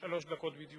שלוש דקות בדיוק.